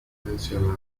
mencionada